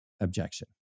objection